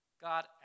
God